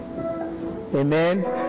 Amen